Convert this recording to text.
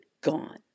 gone